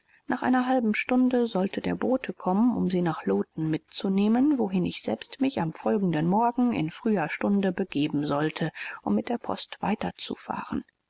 nach einer halben stunde sollte der bote kommen um sie nach lowton mitzunehmen wohin ich selbst mich am folgenden morgen in früher stunde begeben sollte um mit der post